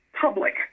public